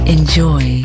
Enjoy